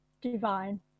divine